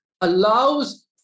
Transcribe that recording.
allows